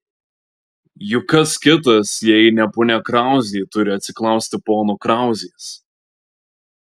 juk kas kitas jei ne ponia krauzė turi atsiklausti pono krauzės